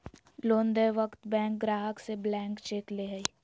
loan देय वक्त bank ग्राहक से ब्लैंक चेक ले हइ